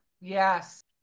Yes